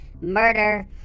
murder